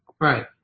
right